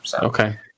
Okay